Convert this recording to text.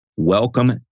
Welcome